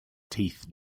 teeth